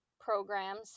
programs